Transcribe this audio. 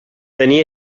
tenia